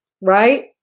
right